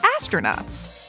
astronauts